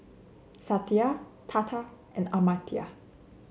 Satya Tata and Amartya